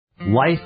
Life